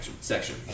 Section